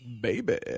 Baby